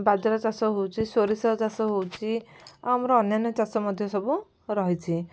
ବାଜେରା ଚାଷ ହଉଛି ସୋରିଷ ଚାଷ ହଉଛି ଆଉ ଆମର ଅନ୍ୟାନ୍ୟ ଚାଷ ମଧ୍ୟ ସବୁ ରହିଛି